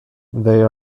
they